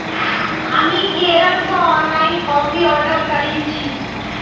हामी केरल स ऑनलाइन काफी ऑर्डर करील छि